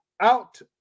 out